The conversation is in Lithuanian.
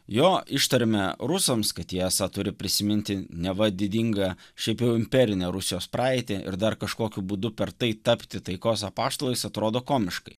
jo ištarmę rusams kad tiesa turi prisiminti neva didingą šiaip imperinę rusijos praeitį ir dar kažkokiu būdu per tai tapti taikos apaštalais atrodo komiškai